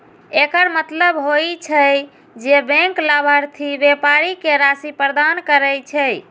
एकर मतलब होइ छै, जे बैंक लाभार्थी व्यापारी कें राशि प्रदान करै छै